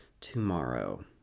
tomorrow